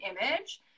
image